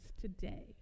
today